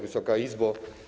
Wysoka Izbo!